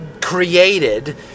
created